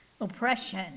Oppression